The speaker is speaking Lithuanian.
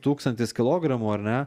tūkstantis kilogramų ar ne